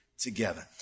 Together